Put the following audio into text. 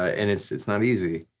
ah and it's it's not easy.